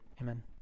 amen